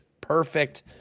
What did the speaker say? perfect